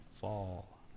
fall